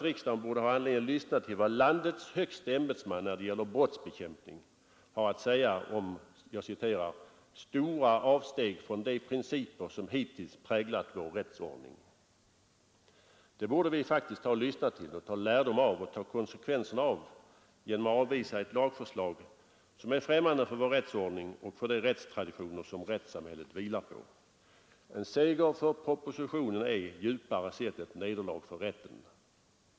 Riksdagen borde ha anledning lyssna till vad landets högste ämbetsman när det gäller brottsbekämpning har att säga om ”stora avsteg från de principer som hittills präglat vår rättsordning”. Vi borde faktiskt lyssna till och ta lärdom av detta samt ta konsekvenserna av det genom att avvisa ett lagförslag som är främmande för vår rättsordning och för de rättstraditioner som rättssamhället vilar på. En seger för propositionen är djupare sett ett nederlag för rätten.